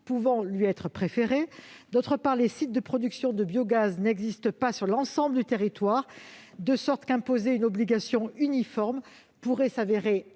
peut lui être préféré. D'autre part, les sites de production de biogaz n'existent pas sur l'ensemble du territoire, de sorte qu'une obligation uniforme pourrait être